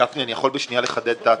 גפני, אני יכול בשניה לחדד את ההצעה?